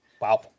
Wow